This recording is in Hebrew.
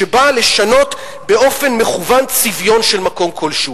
שבאה לשנות באופן מכוון צביון של מקום כלשהו.